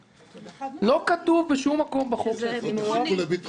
לא כתוב בשום מקום בחוק --- שזה ביטחוני.